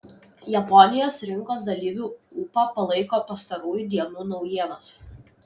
japonijos rinkos dalyvių ūpą palaiko pastarųjų dienų naujienos